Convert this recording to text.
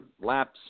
laps